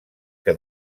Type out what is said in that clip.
que